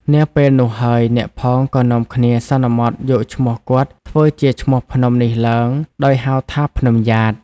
នាពេលនោះហើយអ្នកផងក៏នាំគ្នាសន្មត់យកឈ្មោះគាត់ធ្វើជាឈ្មោះភ្នំនេះឡើង ដោយហៅថា ភ្នំយ៉ាត។